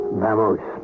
vamos